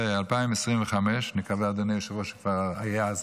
בדצמבר 2025, נקווה, אדוני היושב-ראש, שנהיה אז